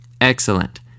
Excellent